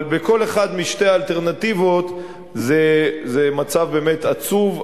אבל בכל אחת משתי האלטרנטיבות זה מצב באמת עצוב,